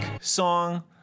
song